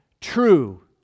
true